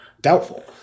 doubtful